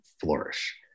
flourish